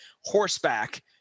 horseback